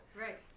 Right